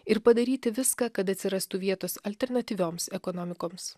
ir padaryti viską kad atsirastų vietos alternatyvioms ekonomikoms